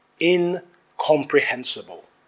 incomprehensible